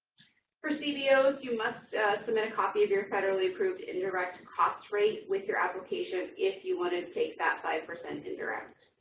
for cbos, you must submit a copy of your federally approved indirect and cost rate with your application if you want to take the five percent indirect.